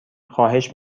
خواهش